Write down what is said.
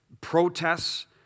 protests